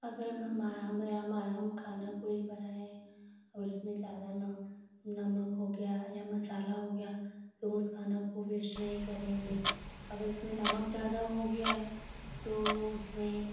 अगर हम हम खाना कोई बना रहे हैं और उसमें ज़्यादा न नमक हो गया या मसाला हो गया तो हम उस खाना को वेश्ट नहीं करेंगे अगर उसमें नमक ज़्यादा हो गया है तो उसमें